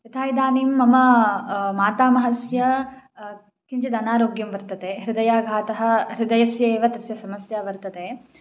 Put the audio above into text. यथा इदानीं मम मातामहस्य किञ्चित् अनारोग्यं वर्तते हृदयाघातः हृदयस्य एव तस्य समस्या वर्तते